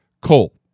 coal